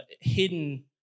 hidden